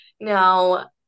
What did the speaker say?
now